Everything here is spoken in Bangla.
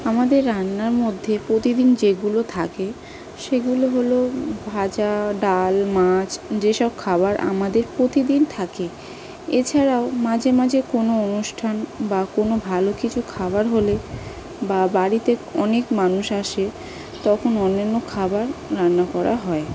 আমাদের রান্নার মধ্যে প্রতিদিন যেগুলো থাকে সেগুলো হলো ভাজা ডাল মাছ যেসব খাবার আমাদের প্রতিদিন থাকে এছাড়াও মাঝে মাঝে কোনো অনুষ্ঠান বা কোনো ভালো কিছু খাবার হলে বা বাড়িতে অনেক মানুষ আসে তখন অন্যান্য খাবার রান্না করা হয়